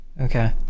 Okay